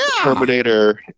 Terminator